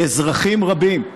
לאזרחים רבים,